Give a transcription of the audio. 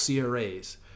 CRAs